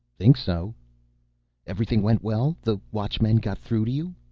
think so everything went well? the watchmen got through to you?